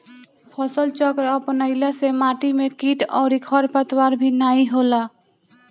फसलचक्र अपनईला से माटी में किट अउरी खरपतवार भी नाई होला